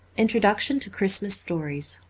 introduction to christmas stories